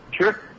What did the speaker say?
Sure